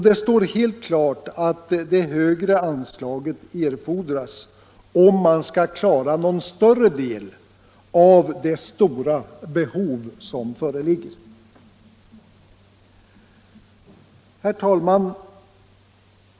Det står helt klart att det högre anslaget erfordras, om man skall klara någon större del av det stora behov som föreligger. Herr talman!